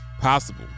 possible